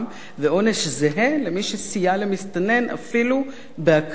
ועונש זהה למי שסייע למסתנן אפילו בהקלת